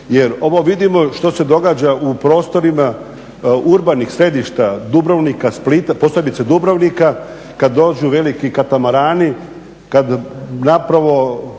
Jer ovo vidimo što se događa u prostorima urbanih središta, Dubrovnika, Splita, posebice Dubrovnika kad dođu veliki katamarani kad zapravo